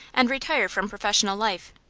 and retire from professional life.